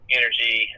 energy